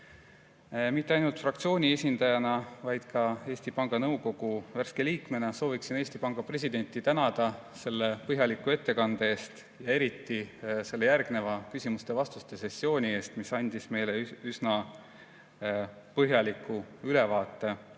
Mitte ainult fraktsiooni esindajana, vaid ka Eesti Panga Nõukogu värske liikmena soovin Eesti Panga presidenti tänada selle põhjaliku ettekande eest ja eriti selle järgnenud küsimuste-vastuste sessiooni eest, mis andis meile üsna põhjaliku ülevaate